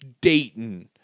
Dayton